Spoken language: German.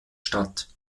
statt